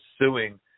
suing